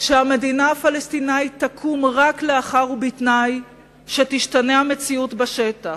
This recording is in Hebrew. שהמדינה הפלסטינית תקום רק לאחר ובתנאי שתשתנה המציאות בשטח,